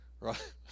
right